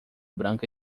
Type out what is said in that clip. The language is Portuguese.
branca